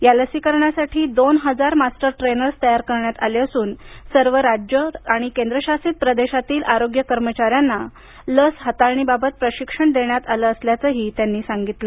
या लसीकरणासाठी दोन हजार मास्टर ट्रेनर्स तयार करण्यात आले असूनसर्व राज्य आणि केंद्रशासित प्रदेशातील आरोग्य कर्मचाऱ्यांना लस हाताळणीबाबतही प्रशिक्षण देण्यात आलं असल्याचंही त्यांनी सांगितलं